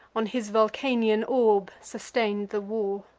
on his vulcanian orb sustain'd the war.